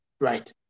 right